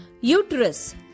uterus